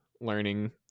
learning